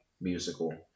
musical